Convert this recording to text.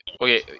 Okay